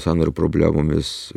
sąnarių problemomis